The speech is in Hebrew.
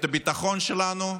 את הביטחון שלנו.